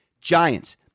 Giants